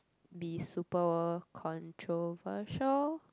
be super controversial